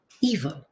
evil